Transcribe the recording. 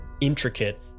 intricate